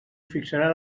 fixarà